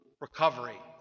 recovery